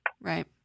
Right